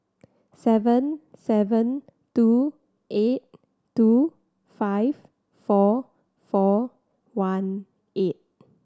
seven seven two eight two five four four one eight